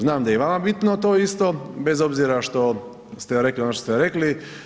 Znam da je i vama bitno to isto bez obzira što ste rekli ono što ste rekli.